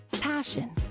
passion